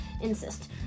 insist